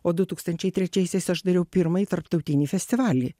o du tūkstančiai trečiaisiais aš dariau pirmąjį tarptautinį festivalį